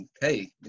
hey